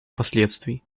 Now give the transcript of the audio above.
последствий